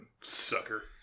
Sucker